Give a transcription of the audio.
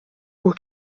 por